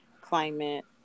climate